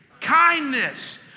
Kindness